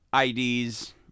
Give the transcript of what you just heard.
IDs